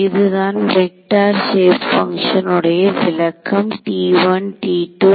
இதுதான் vector shape function உடைய விளக்கம் T1 T2 T3